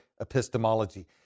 epistemology